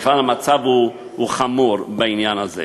בכלל המצב הוא חמור בעניין הזה.